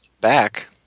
Back